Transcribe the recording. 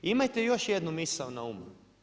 Imajte još jednu misao na umu.